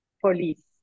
police